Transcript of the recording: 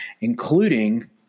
including